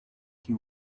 que